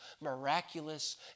miraculous